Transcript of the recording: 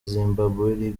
zimbabwe